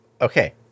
okay